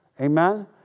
Amen